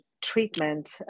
treatment